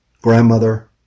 grandmother